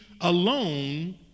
alone